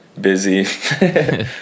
busy